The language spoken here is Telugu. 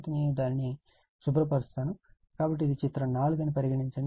కాబట్టి నేను దానిని శుభ్రపరుస్తాను కాబట్టి ఇది చిత్రం 4 అని పరిగణించండి